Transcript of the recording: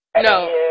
No